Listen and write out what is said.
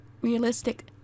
realistic